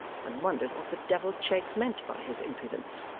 and wondered what the devil cheggs meant by his impudence.